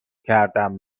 کردم